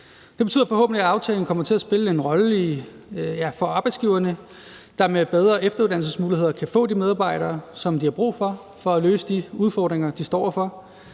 Det betyder forhåbentlig, at aftalen kommer til at spille en rolle for arbejdsgiverne, der med bedre efteruddannelsesmuligheder kan få de medarbejdere, som de har brug for for at løse de udfordringer, de står over